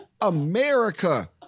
America